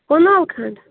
کنال کھنٛڈ